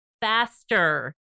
faster